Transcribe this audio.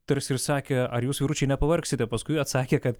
tarsi ir sakė ar jūs vyručiai nepavargsite paskui atsakė kad